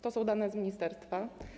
To są dane z ministerstwa.